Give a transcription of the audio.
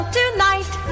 tonight